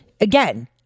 again